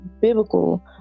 biblical